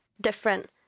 different